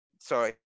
sorry